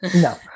No